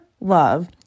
Love